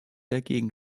dagegen